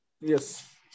Yes